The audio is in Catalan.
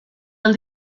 del